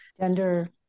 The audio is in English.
Gender